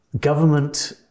government